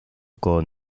con